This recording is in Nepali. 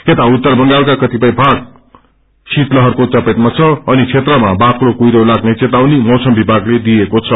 यता उत्तर बंगालका कतिपय भाग श्रीतलहरको चपेटमा छ अनि क्षेत्रमा बाक्लो कुहिरो लाग्ने चेतावनी मौसम विथागले दिइएको छ